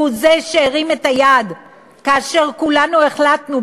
הוא זה שהרים את היד כאשר כולנו החלטנו,